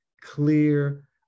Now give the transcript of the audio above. clear